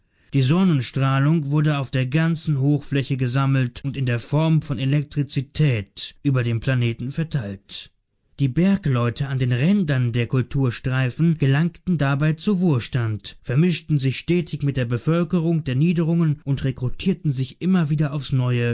die sonnenstrahlung wurde auf der ganzen hochfläche gesammelt und in der form von elektrizität über den planeten verteilt die bergleute an den rändern der kulturstreifen gelangten dabei zu wohlstand vermischten sich stetig mit der bevölkerung der niederungen und rekrutierten sich immer aufs neue